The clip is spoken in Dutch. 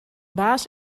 baas